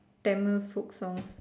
Tamil folk songs